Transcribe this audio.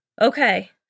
Okay